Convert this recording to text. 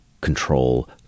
control